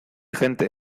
gente